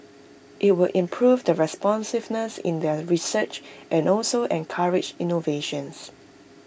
IT will improve the responsiveness in their research and also encourage innovations